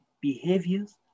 behaviors